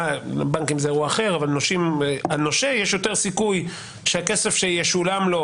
כי בנקים זה אירוע אחר שלנושה יש יותר סיכוי שהכסף ישולם לו.